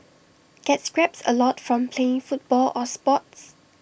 get scrapes A lot from playing football or sports